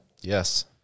Yes